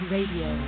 Radio